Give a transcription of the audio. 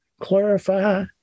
clarify